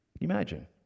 imagine